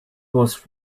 was